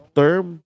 term